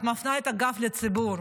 את מפנה את הגב לציבור,